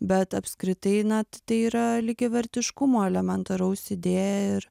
bet apskritai na tai yra lygiavertiškumo elementaraus idėja ir